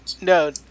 No